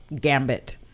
gambit